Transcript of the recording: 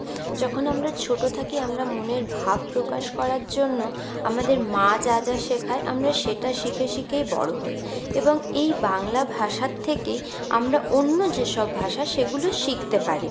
যখন আমরা ছোটো থাকি আমরা মনের ভাব প্রকাশ করার জন্য আমাদের মা যা যা শেখায় আমরা সেটা শিখে শিখেই বড়ো হই এবং এই বাংলা ভাষার থেকেই আমরা অন্য যেসব ভাষা সেগুলো শিখতে পারি